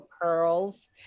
pearls